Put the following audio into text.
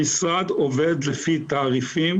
המשרד עובד לפי תעריפים,